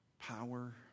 power